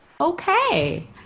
Okay